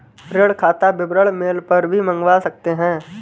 ऋण खाता विवरण मेल पर भी मंगवा सकते है